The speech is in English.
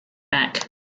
back